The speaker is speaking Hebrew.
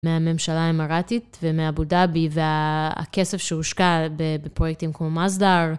מהממשלה המראטית ומאבודאבי והכסף שהושקע בפרויקטים כמו מסדר.